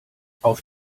auf